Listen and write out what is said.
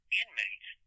inmate